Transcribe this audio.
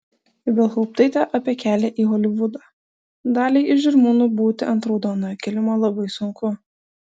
ibelhauptaitė apie kelią į holivudą daliai iš žirmūnų būti ant raudonojo kilimo labai sunku